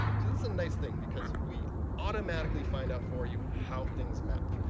so this is a nice thing, because we automatically find out for you how things map.